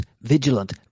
vigilant